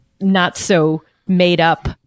not-so-made-up